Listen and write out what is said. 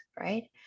Right